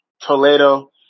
Toledo